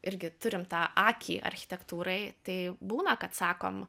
irgi turim tą akį architektūrai tai būna kad sakom